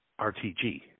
RTG